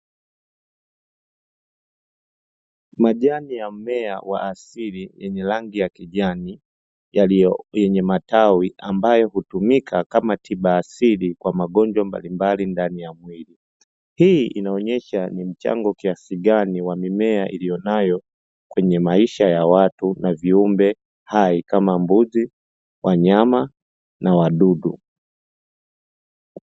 Majani ya mmea wa asili yenye rangi ya kijani yenye matawi ambayo hutumika kama tiba asili kwa magonjwa mbalimbali ndani ya mwili, hii inaonyesha ni mchango kiasi gani wa mimea iliyonayo kwenye maisha ya watu na viumbe hai kama mbuzi, wanyama na wadudu.